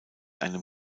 einem